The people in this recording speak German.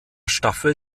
staffel